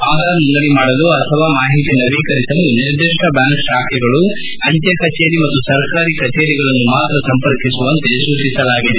ಆಧಾರ್ ನೋಂದಣಿ ಮಾಡಲು ಅಥವಾ ಮಾಹಿತಿ ನವೀಕರಿಸಲು ನಿರ್ದಿಷ್ಟ ಬ್ಯಾಂಕ್ ಶಾಖೆಗಳು ಅಂಚೆ ಕಚೇರಿ ಮತ್ತು ಸರ್ಕಾರಿ ಕಚೇರಿಗಳನ್ನು ಮಾತ್ರ ಸಂಪರ್ಕಿಸುವಂತೆ ಸೂಚಿಸಲಾಗಿದೆ